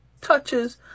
touches